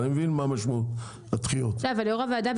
אני מבין מה משמעות הדחיות אבל יו"ר הוועדה,